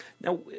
Now